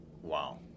Wow